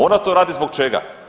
Ona to radi zbog čega?